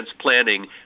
planning